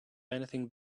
anything